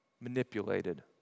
manipulated